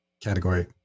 category